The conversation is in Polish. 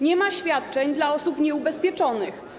Nie ma świadczeń dla osób nieubezpieczonych.